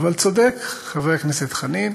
אבל צודק חבר הכנסת חנין,